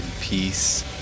peace